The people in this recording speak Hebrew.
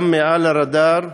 גם מעל לרדאר,